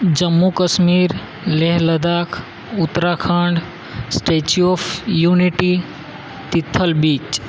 Jammu Kashmir Leh Ladakh Uttarakhand statue of unity Tithal beach